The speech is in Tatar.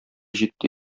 җитте